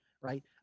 right